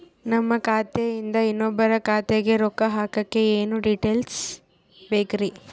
ನಮ್ಮ ಖಾತೆಯಿಂದ ಇನ್ನೊಬ್ಬರ ಖಾತೆಗೆ ರೊಕ್ಕ ಹಾಕಕ್ಕೆ ಏನೇನು ಡೇಟೇಲ್ಸ್ ಬೇಕರಿ?